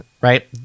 Right